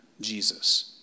Jesus